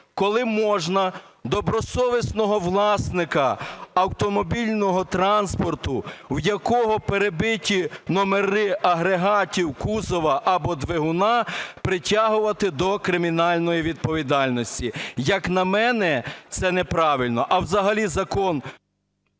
коли можна добросовісного власника автомобільного транспорту, в якого перебиті номери агрегатів кузова або двигуна, притягувати до кримінальної відповідальності. Як на мене, це правильно. А взагалі закон…